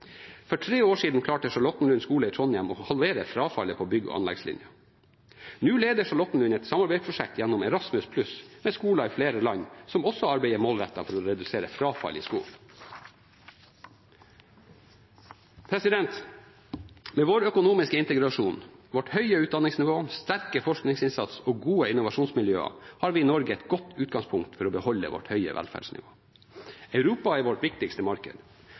For tre år siden klarte Charlottenlund skole i Trondheim å halvere frafallet på bygg- og anleggslinja. Nå leder Charlottenlund et samarbeidsprosjekt gjennom Erasmus+ med skoler i flere land som også arbeider målrettet for å redusere frafall i skolen. Med vår økonomiske integrasjon, vårt høye utdanningsnivå, vår sterke forskningsinnsats og våre gode innovasjonsmiljøer har vi i Norge et godt utgangspunkt for å beholde vårt høye velferdsnivå. Europa er vårt viktigste marked.